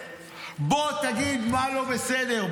בוא תגיד מה לא בסדר.